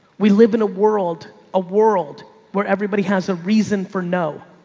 we live in a world, a world where everybody has a reason for, no,